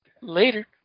Later